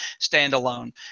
standalone